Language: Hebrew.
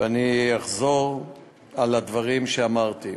ואני אחזור על הדברים שאמרתי.